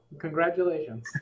congratulations